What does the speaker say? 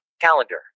Calendar